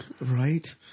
Right